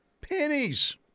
Pennies